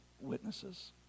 witnesses